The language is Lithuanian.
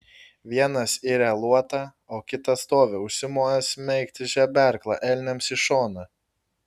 vienas iria luotą o kitas stovi užsimojęs smeigti žeberklą elniams į šoną